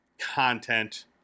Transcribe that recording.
content